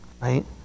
right